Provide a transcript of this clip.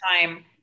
time